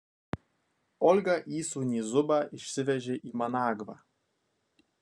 olga įsūnį zubą išsivežė į managvą